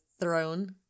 throne